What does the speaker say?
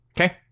Okay